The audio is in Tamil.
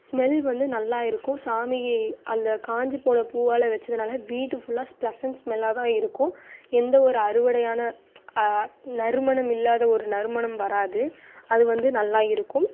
ஸ்மெல் வந்து நல்லா இருக்கும் சாமி அந்த காஞ்சி போன பூவால் வச்சதுனால வீடு ஃபுல்லாக பிலெசன்ட் ஸ்மெல்லாக தான் இருக்கும் எந்த ஒரு அறுவடையான நறுமணம் இல்லாத ஒரு நறுமணம் வராது அது வந்து நல்லா இருக்கும்